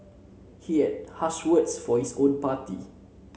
he had harsh words for his own party